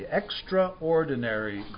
extraordinary